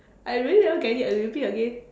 I really never get it you repeat again